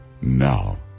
now